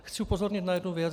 Chci upozornit na jednu věc.